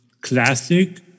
Classic